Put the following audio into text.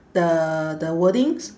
the the wordings